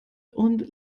und